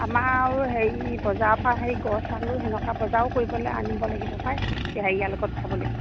আমাৰ আৰু হেৰি বজাৰৰ পৰা হেৰি গছ আলু তেনেকুৱা বজাৰো কৰিবলৈ আনিব লাগিব পায় হেৰিয়া লগত খাবলৈ